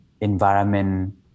environment